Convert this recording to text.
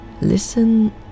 listen